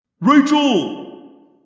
Rachel